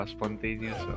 Spontaneous